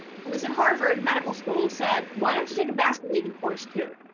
who was at harvard medical school said why don't you take a basket weaving course to.